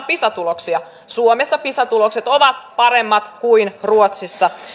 pisa tuloksia niin suomessa pisa tulokset ovat paremmat kuin ruotsissa